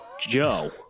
Joe